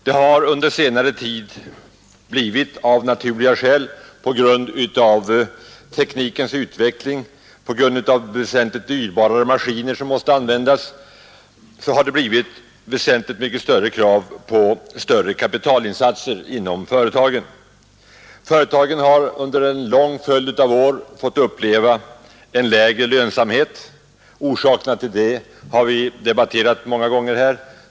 Det har under senare tid av naturliga skäl, bl.a. på grund av teknikens utveckling, till följd av väsentligt dyrbarare maskiner som måste användas, kommit att ställas mycket hårdare krav på större kapitalinsatser inom företagen. Företagen har under en lång följd av år fått uppleva en lägre lönsamhet. Orsakerna till det har vi diskuterat många gånger här.